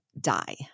die